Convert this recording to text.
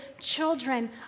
children